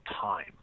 time